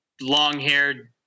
long-haired